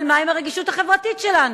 אבל מה עם הרגישות החברתית שלנו?